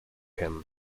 him